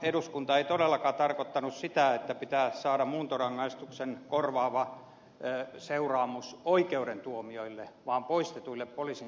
eduskunta ei todellakaan tarkoittanut sitä että pitää saada muuntorangaistuksen korvaava seuraamus oikeuden tuomioille vaan poistetuille poliisin antamille sakoille